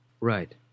Right